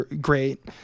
great